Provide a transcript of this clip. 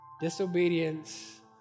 disobedience